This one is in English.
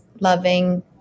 loving